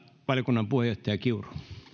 valiokunnan puheenjohtaja kiuru